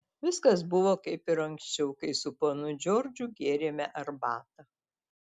viskas buvo kaip ir anksčiau kai su ponu džordžu gėrėme arbatą